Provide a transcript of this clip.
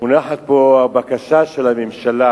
מונחת פה הבקשה של הממשלה